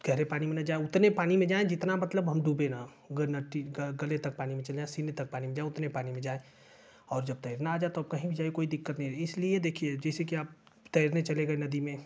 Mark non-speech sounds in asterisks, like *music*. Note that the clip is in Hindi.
गहरे पानी में न जाएँ उतने पानी में जाएँ जितना मतलब हम डूबें ना *unintelligible* गले तक पानी में चले जाएँ सीने तक पानी में जाएँ उतने पानी में जाएँ और जब तैरना आ जाए तब कहीं भी जाएँ कोई दिक्कत नहीं है इसलिए देखिए जैसे कि आप तैरने चले गए नदी में